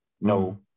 no